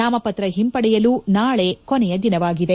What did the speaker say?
ನಾಮಪತ್ರ ಹಿಂಪಡೆಯಲು ನಾಳೆಯ ಕೊನೆಯ ದಿನವಾಗಿದೆ